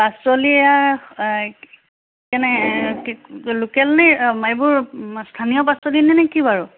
পাচলি এইয়া কেনেকৈ লোকেলনে এইবোৰ স্থানীয় পাচলিনে নে কি বাৰু